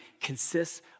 consists